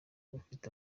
bafite